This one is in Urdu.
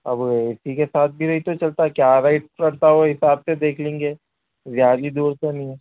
اب اے سی کے ساتھ بھی رہی تو چلتا کیا ریٹ چلتا وہ حساب سے دیکھ لیں گے زیادہ دور تو نہیں ہے